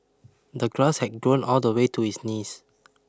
the grass had grown all the way to his knees